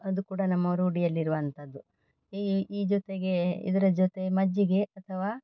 ಅದು ಕೂಡ ನಮ್ಮ ರೂಢಿಯಲ್ಲಿರುವಂಥದ್ದು ಈ ಈ ಜೊತೆಗೆ ಇದರ ಜೊತೆ ಮಜ್ಜಿಗೆ ಅಥವಾ